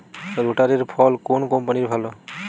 রোটারের ফল কোন কম্পানির ভালো?